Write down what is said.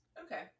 Okay